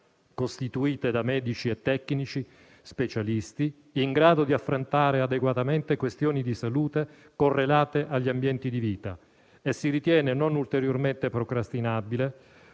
costituite da medici e tecnici specialisti in grado di affrontare adeguatamente questioni di salute correlate agli ambienti di vita. Si ritiene non ulteriormente procrastinabile